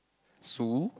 sue